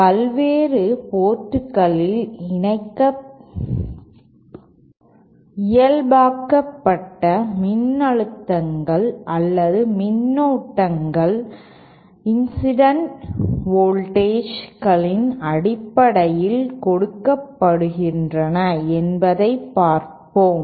பல்வேறு போர்ட்களில் இயல்பாக்கப்பட்ட மின்னழுத்தங்கள் அல்லது மின்னோட்டங்கள் இன்சிடென்ட் வோல்டேஜ்களின் அடிப்படையில் கொடுக்கப்படுகின்ற என்பதை பார்ப்போம்